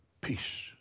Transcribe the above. Peace